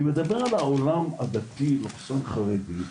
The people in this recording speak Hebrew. אני מדבר על העולם הדתי והחרדי,